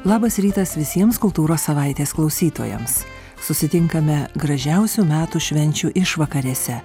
labas rytas visiems kultūros savaitės klausytojams susitinkame gražiausių metų švenčių išvakarėse